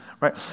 right